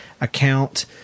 account